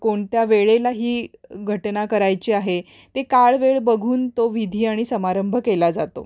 कोणत्या वेळेला ही घटना करायची आहे ते काळ वेळ बघून तो विधी आणि समारंभ केला जातो